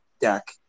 deck